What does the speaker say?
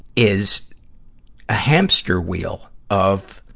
is a hamster wheel of,